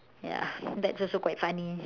ya that's also quite funny